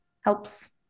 helps